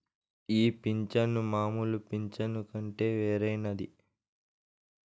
ఈ పింఛను మామూలు పింఛను కంటే వేరైనది